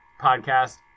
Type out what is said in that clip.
podcast